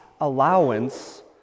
allowance